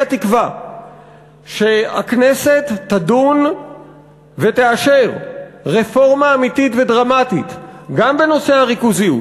תקווה שהכנסת תדון ותאשר רפורמה אמיתית ודרמטית גם בנושא הריכוזיות,